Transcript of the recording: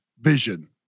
vision